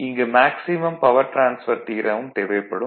இங்கு maximum power transfer தியரமும் தேவைப்படும்